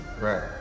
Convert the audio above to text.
Right